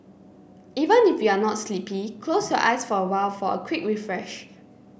even if you are not sleepy close your eyes for a while for a quick refresh